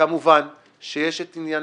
כמובן יש עניין